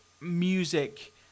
music